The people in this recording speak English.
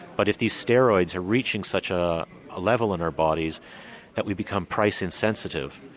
but if these steroids are reaching such a level in our bodies that we become price insensitive,